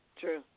True